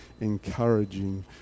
encouraging